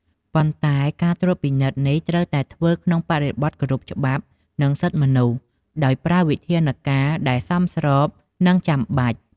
ប៉ុន្តែការត្រួតពិនិត្យនេះត្រូវតែធ្វើក្នុងបរិបទគោរពច្បាប់ និងសិទ្ធិមនុស្ស ដោយប្រើវិធានការដែលសមស្រប និងចាំបាច់។